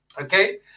Okay